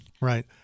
Right